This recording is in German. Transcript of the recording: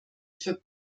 für